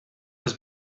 his